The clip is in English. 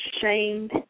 shamed